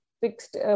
fixed